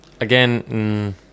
Again